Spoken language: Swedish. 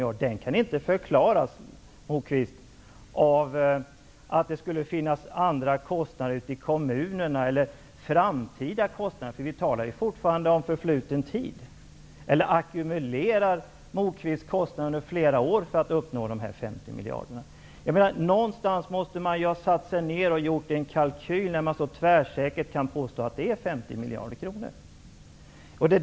Den skillnaden kan inte förklaras med att det skulle finnas andra kostnader ute i kommunerna eller i framtiden, Moquist. Vi talar ju fortfarande om förfluten tid. Eller ackumulerar Moquist kostnader under flera år för att komma upp till de här 50 miljarderna? Man måste väl ha gjort en kalkyl när man så tvärsäkert kan påstå att det är 50 miljarder kronor.